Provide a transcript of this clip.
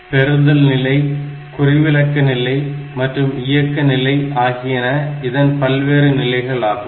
பெறுதல் நிலை குறிவிலக்க நிலை மற்றும் இயக்க நிலை ஆகியன இதன் பல்வேறு நிலைகள் ஆகும்